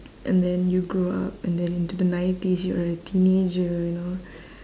and then you grow up and then into the nineties you are a teenager you know